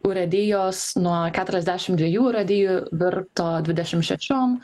urėdijos nuo keturiasdešimt dviejų urėdijų virto dvidešimt šešiom